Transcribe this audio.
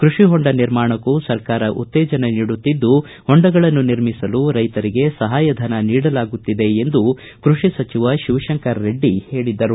ಕೃಷಿಹೊಂಡ ನಿರ್ಮಾಣಕ್ಕೂ ಸರ್ಕಾರ ಉತ್ತೇಜನ ನೀಡುತ್ತಿದ್ದು ಹೊಂಡಗಳನ್ನು ನಿರ್ಮಿಸಲು ರೈತರಿಗೆ ಸಹಾಯಧನ ನೀಡಲಾಗುತ್ತಿದೆ ಎಂದು ಕೃಷಿ ಸಚಿವ ಶಿವಶಂಕರ ರೆಡ್ಡಿ ಹೇಳಿದರು